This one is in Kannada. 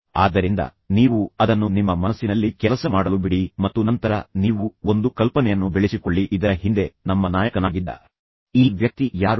ಆದ್ದರಿಂದ ನೀವು ಅದನ್ನು ನಿಮ್ಮ ಮನಸ್ಸಿನಲ್ಲಿ ಕೆಲಸ ಮಾಡಲು ಬಿಡಿ ಮತ್ತು ನಂತರ ನೀವು ಒಂದು ಕಲ್ಪನೆಯನ್ನು ಬೆಳೆಸಿಕೊಳ್ಳಿ ಇದರ ಹಿಂದೆ ನಮ್ಮ ನಾಯಕನಾಗಿದ್ದ ಈ ವ್ಯಕ್ತಿ ಯಾರು